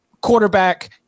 quarterback